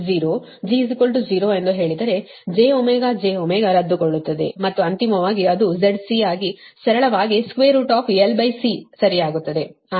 ಆದ್ದರಿಂದ r ಅನ್ನು 0 g 0 ಎಂದು ಹೇಳಿದರೆ jω jωರದ್ದುಗೊಳ್ಳುತ್ತದೆ ಮತ್ತು ಅಂತಿಮವಾಗಿ ಅದು ಆಗುತ್ತದೆ ZC ಆಗಿ ಸರಳವಾಗಿ LC ಸರಿಯಾಗುತ್ತದೆ